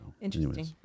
Interesting